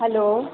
hello